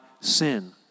sin